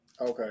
okay